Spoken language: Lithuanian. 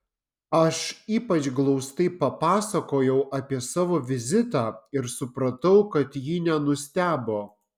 aš ypač glaustai papasakojau apie savo vizitą ir supratau kad ji nenustebo